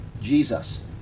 Jesus